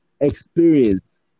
experience